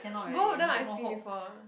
both of them I seen before ah